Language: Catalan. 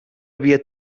havia